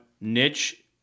niche